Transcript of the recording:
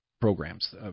programs